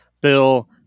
bill